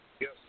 Yes